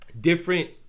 different